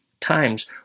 times